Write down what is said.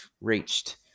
reached